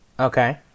Okay